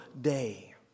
day